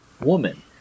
woman